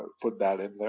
put that in there.